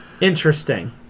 interesting